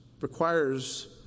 requires